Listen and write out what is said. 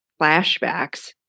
flashbacks